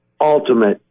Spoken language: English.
ultimate